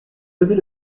lever